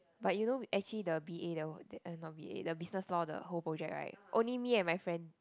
but you know actually the b_a that were uh not b_a the business law the whole project right only me and my friend